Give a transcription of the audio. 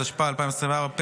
התשפ"ה 2024,